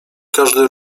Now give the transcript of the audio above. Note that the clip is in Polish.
każdy